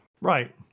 Right